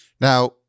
Now